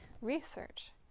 research